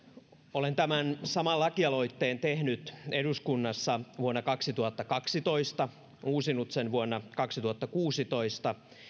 olen tämän saman lakialoitteen tehnyt eduskunnassa vuonna kaksituhattakaksitoista uusinut sen vuonna kaksituhattakuusitoista